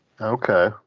Okay